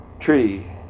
tree